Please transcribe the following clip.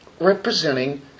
representing